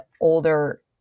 older